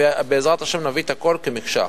ובעזרת השם נביא את הכול במקשה אחת.